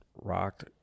rocked